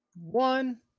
one